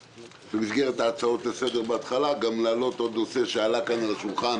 במסגרת ההצעות לסדר בהתחלה אני רוצה להעלות נושא שעלה כאן על השולחן